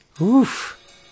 Oof